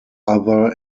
other